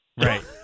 Right